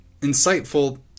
insightful